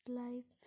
life